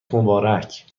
مبارک